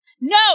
No